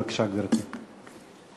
בבקשה, גברתי.